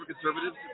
Conservatives